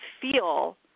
feel